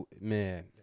man